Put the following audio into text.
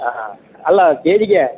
ಹಾಂ ಅಲ್ಲ ಕೆ ಜಿಗೆ